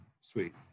sweet